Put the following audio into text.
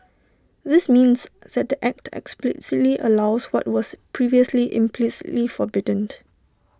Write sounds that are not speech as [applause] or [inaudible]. this means that the act explicitly allows what was previously implicitly forbidden [unintelligible]